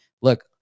look